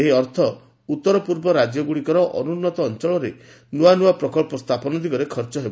ଏହି ଅର୍ଥ ଉତ୍ତରପୂର୍ବ ରାଜ୍ୟ ଗୁଡ଼ିକର ଅନୁନ୍ନତ ଅଞ୍ଚଳରେ ନୂଆନୂଆ ପ୍ରକଳ୍ପ ସ୍ଥାପନ ଦିଗରେ ଖର୍ଚ୍ଚ ହେବ